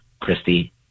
Christy